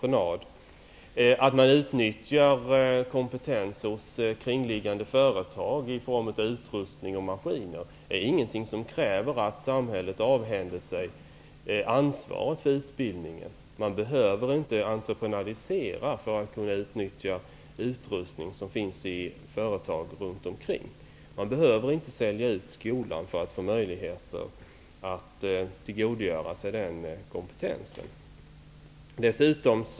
För att utnyttja utrustning och maskiner samt kompetens hos kringliggande företag krävs inte att samhället avhänder sig ansvaret för utbildningen. Man behöver inte entreprenadisera för att utnyttja utrustning i omkringliggande företag. Man behöver inte sälja ut skolan för att få möjligheter att tillgodogöra sig företagens kompetens.